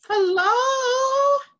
hello